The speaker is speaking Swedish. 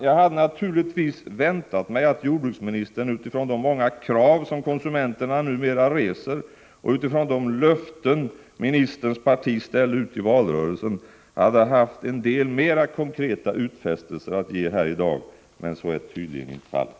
Jag hade naturligtvis väntat mig att jordbruksministern utifrån de många krav som konsumenterna numera reser och utifrån de löften som ministerns parti ställt ut i valrörelsen hade haft en del mer konkreta utfästelser att komma med här i dag, men så är tydligen inte fallet.